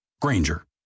Granger